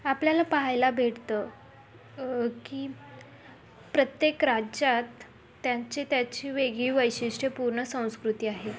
आपल्याला पाहायला भेटतं की प्रत्येक राज्यात त्यांची त्याची वेगळी वैशिष्ट्यपूर्ण संस्कृती आहे